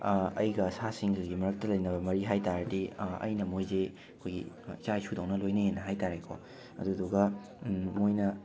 ꯑꯩꯒ ꯁꯥꯁꯤꯡꯒꯒꯤ ꯃꯔꯛꯇ ꯂꯩꯅꯕ ꯃꯔꯤ ꯍꯥꯏꯕ ꯇꯥꯔꯗꯤ ꯑꯩꯅ ꯃꯣꯏꯖꯦ ꯑꯩꯈꯣꯏꯒꯤ ꯏꯆꯥ ꯏꯁꯨꯗꯧꯅ ꯂꯣꯏꯅꯩꯅ ꯍꯥꯏ ꯇꯥꯔꯦꯀꯣ ꯑꯗꯨꯗꯨꯒ ꯃꯣꯏꯅ